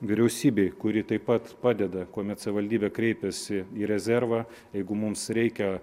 vyriausybei kuri taip pat padeda kuomet savivaldybė kreipėsi į rezervą jeigu mums reikia